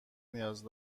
نیاز